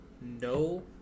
No